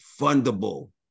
fundable